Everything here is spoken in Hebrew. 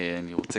אני רוצה